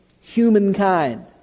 humankind